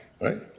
Right